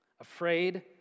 afraid